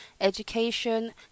education